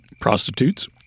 prostitutes